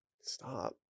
stop